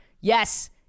Yes